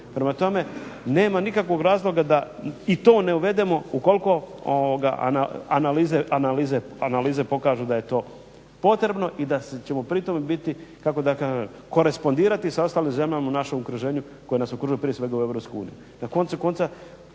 Prema tome, nema nikakvog razloga da i to ne uvedemo ukoliko analize pokažu da je to potrebno i da ćemo pri tome biti kako da kažem korespondirati sa ostalim zemljama u našem okruženju koje nas okružuju, prije svega u EU.